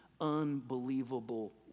unbelievable